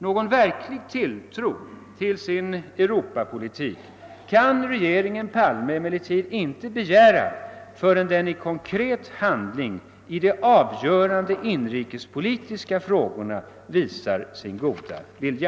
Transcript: Någon verklig tilltro till sin Europapolitik kan regeringen Palme emellertid inte begära förrän den i konkret handling i de avgörande inrikespolitiska frågorna visar sin goda vilja.